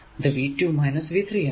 അത് V2 V3ആണ്